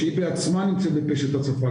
שהיא בעצמה נמצאת בפשט הצפה.